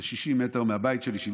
זה 60 מטר מהבית שלי,